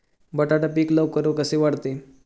बटाटा पीक लवकर कसे वाढते?